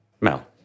Mel